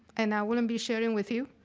and i wouldn't be sharing with you,